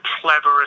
cleverest